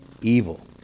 evil